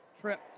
trip